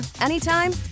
anytime